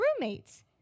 roommates